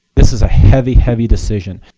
this is a heavy, heavy decision.